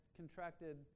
contracted